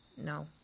No